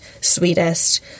sweetest